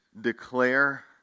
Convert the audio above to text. declare